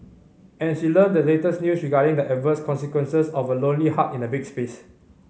and she learnt the latest news regarding the adverse consequences of a lonely heart in a big space